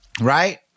Right